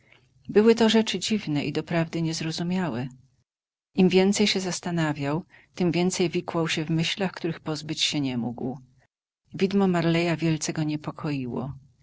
doby byłyto rzeczy dziwne i doprawdy niezrozumiałe im więcej się zastanawiał tem więcej wikłał się w myślach których pozbyć się nie mógł widmo marleya wielce go niepokoiło